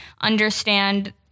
understand